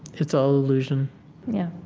it's all illusion yeah.